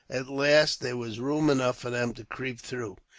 at last, there was room enough for them to creep through.